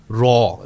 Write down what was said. raw